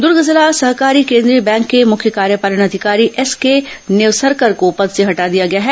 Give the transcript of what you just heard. दूर्ग जिला सहकारी केंद्रीय बैंक के मुख्य कार्यपालन अधिकारी एसके निवसरकर को पद से हटा दिया गया है